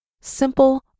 simple